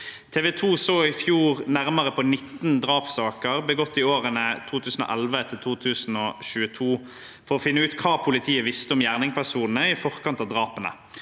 TV 2 så i fjor nærmere på 19 drapssaker begått i årene 2011–2022 for å finne ut hva politiet visste om gjerningspersonene i forkant av drapene.